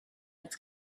its